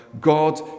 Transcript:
God